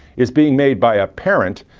is being made by a parent,